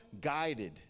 guided